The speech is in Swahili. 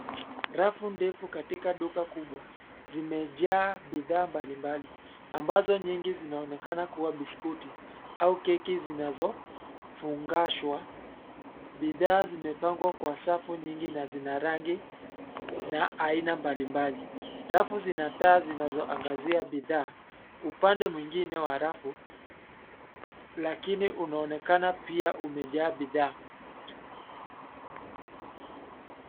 Rafu ndefu katika duka kubwa zimejaa bidhaa mbalimbali, ambazo nyingi zinaonekana kua biskuti au keki zinazofungashwa. Bidhaa zimepangwa kwa safu nyingi zina rangi na aina mbalimbali. Rafu zina taa zinazoangazia bidhaa. Upande mwingine wa rafu, lakini unaonekana pia umejaa bidhaa.